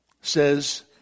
says